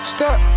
Step